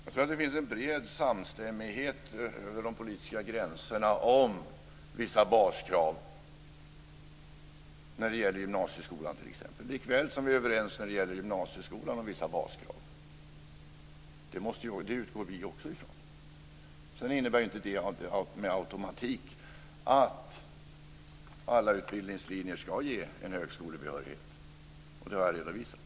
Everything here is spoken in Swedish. Fru talman! Jag tror att det finns en bred samstämmighet över de politiska gränserna om vissa baskrav när det gäller t.ex. gymnasieskolan. Vi är överens när det gäller gymnasieskolan om vissa baskrav. Det utgår vi också från. Sedan innebär inte det med automatik att alla utbildningslinjer ska ge högskolebehörighet, och det har jag redovisat.